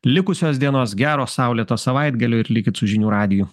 likusios dienos gero saulėto savaitgalio ir likit su žinių radiju